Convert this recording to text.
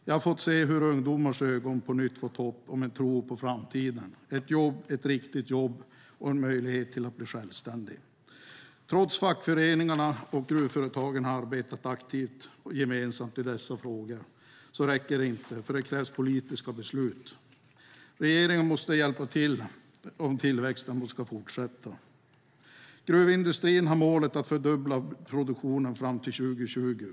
Jag har fått se hur ungdomars ögon på nytt fått tro på framtiden och hopp om ett riktigt jobb och en möjlighet till att bli självständig. Trots att fackföreningarna och gruvföretagen arbetat aktivt och gemensamt med dessa frågor räcker det inte, för det krävs politiska beslut. Regeringen måste hjälpa till om tillväxten ska fortsätta. Gruvindustrin har målet att fördubbla produktionen fram till 2020.